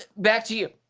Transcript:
back to you.